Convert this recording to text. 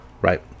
right